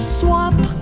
swap